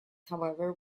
however